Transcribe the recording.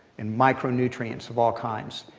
and micronutrients of all kinds.